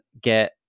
get